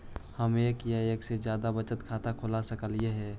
हम एक या एक से जादा बचत खाता खोल सकली हे?